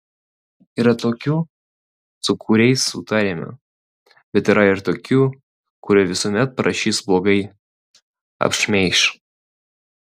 yra tokių su kuriais sutariame bet yra ir tokių kurie visuomet parašys blogai apšmeiš